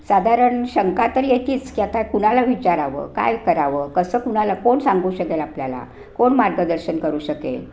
साधारण शंका तरी येतेच की आता कुणाला विचारावं काय करावं कसं कुणाला कोण सांगू शकेल आपल्याला कोण मार्गदर्शन करू शकेल